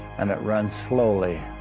and it runs slowly